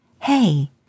Hey